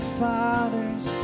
fathers